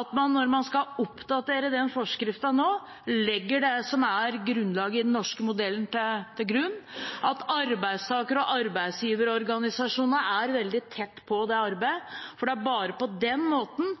at en når en skal oppdatere den forskriften nå, legger det som er grunnlaget i den norske modellen til grunn, at arbeidstaker- og arbeidsgiverorganisasjonene er veldig tett på det arbeidet, for det er bare på den måten